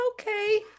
okay